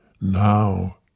now